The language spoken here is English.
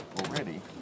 already